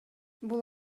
бул